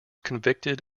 convicted